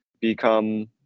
become